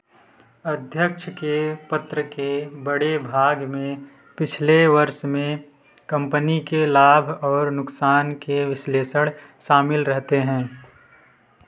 अध्यक्ष के पत्र के बड़े भाग में पिछले वर्ष में कंपनी के लाभ और नुकसान के विश्लेषण शामिल रहते हैं